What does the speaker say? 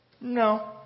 No